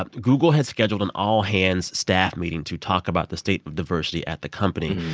ah google has scheduled an all-hands staff meeting to talk about the state of diversity at the company.